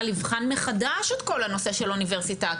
יבחן מחדש את כל הנושא של אוניברסיטה.